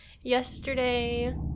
yesterday